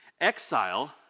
Exile